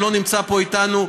שלא נמצא פה איתנו,